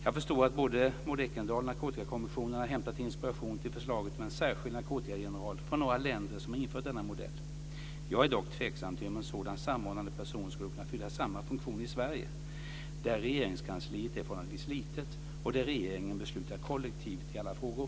Jag förstår att både Maud Ekendahl och Narkotikakommissionen har hämtat inspiration till förslaget om en särskild narkotikageneral från några länder som har infört denna modell. Jag är dock tveksam till om en sådan samordnande person skulle kunna fylla samma funktion i Sverige, där Regeringskansliet är förhållandevis litet och där regeringen beslutar kollektivt i alla frågor.